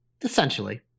Essentially